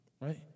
right